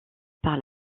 par